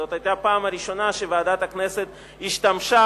זאת היתה הפעם הראשונה שוועדת הכנסת השתמשה